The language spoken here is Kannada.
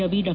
ರವಿ ಡಾ